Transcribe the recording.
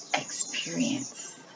experience